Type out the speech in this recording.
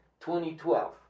2012